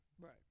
Right